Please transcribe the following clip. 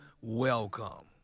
welcome